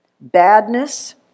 badness